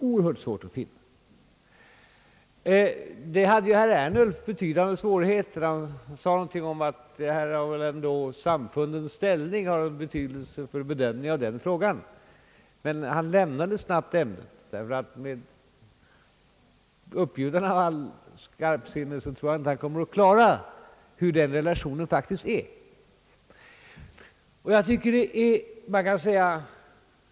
Herr Ernulf hade svårigheter med detta, han sade någonting om att samfundens ställning väl ändå har betydelse för be dömningen av den här frågan. Men han lämnade snabbt ämnet, och jag tror inte att han kommer att klara ut de relationerna, även om han uppbjuder all sin skarpsinnighet.